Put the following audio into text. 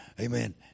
amen